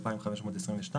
הסכום יעמוד על 2,522 שקלים.